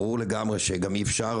ברור לגמרי שגם אי אפשר.